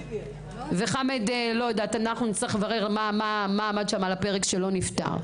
אנחנו נצטרך לברר מה עמד שם על הפרק שלא נפתר.